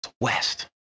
West